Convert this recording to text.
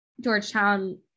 Georgetown